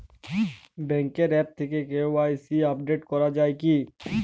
ব্যাঙ্কের আ্যপ থেকে KYC update করা যায় কি?